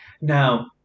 Now